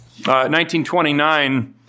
1929